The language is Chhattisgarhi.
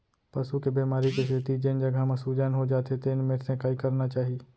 पसू के बेमारी के सेती जेन जघा म सूजन हो जाथे तेन मेर सेंकाई करना चाही